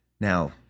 Now